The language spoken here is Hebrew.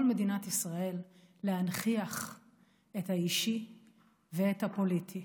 מדינת ישראל להנכיח את האישי ואת הפוליטי.